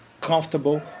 comfortable